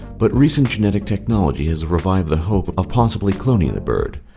but recent genetic technology has revived the hope of possibly cloning the bird.